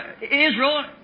Israel